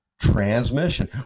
transmission